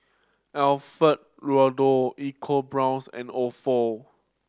Alfio Raldo EcoBrown's and Ofo